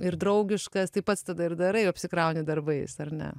ir draugiškas tai pats tada ir darai apsikrauni darbais ar ne